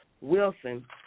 Wilson